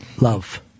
Love